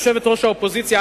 יושבת-ראש האופוזיציה,